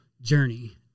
journey